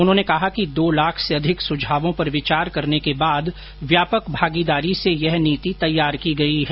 उन्होंने कहा कि दो लाख से अधिक सुझाओं पर विचार करने के बाद व्यापक भागीदारी से यह नीति तैयार की गई है